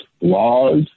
laws